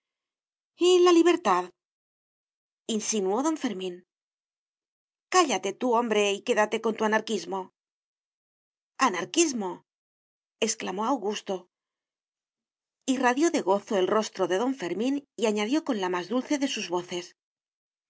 la libertad insinuó don fermín cállate tú hombre y quédate con tu anarquismo anarquismo exclamó augusto irradió de gozo el rostro de don fermín y añadió con la más dulce de sus voces